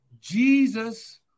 Jesus